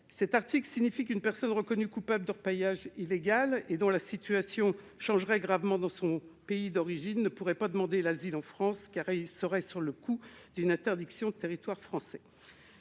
Cet article signifie donc qu'un individu reconnu coupable d'orpaillage illégal et dont la situation changerait gravement dans son pays d'origine ne pourrait pas demander l'asile en France parce qu'il serait frappé d'une interdiction du territoire français.